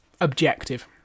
objective